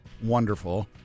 Wonderful